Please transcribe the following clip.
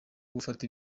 gufata